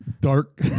Dark